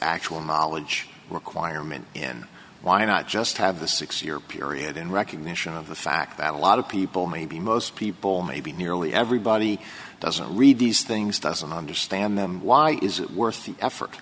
actual knowledge requirement in why not just have the six year period in recognition of the fact that a lot of people maybe most people maybe nearly everybody doesn't read these things doesn't understand them why is it worth the effort